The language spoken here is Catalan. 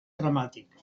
dramàtic